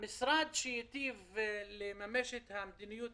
מה שאומר שאת המשרד שמיטיב לממש את המדיניות